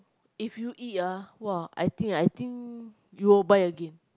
if you eat ah !wah! I think I think you will buy again